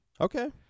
Okay